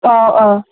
ꯑꯥ ꯑꯥ